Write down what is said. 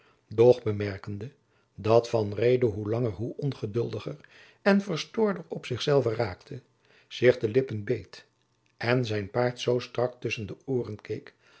doch bemerkende dat van reede hoe langer hoe ongeduldiger en verstoorder op zich zelven raakte zich de lippen beet en zijn paard zoo strak tusschen de ooren